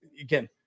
again